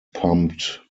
pumped